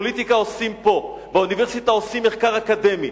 פוליטיקה עושים פה, באוניברסיטה עושים מחקר אקדמי.